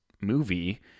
movie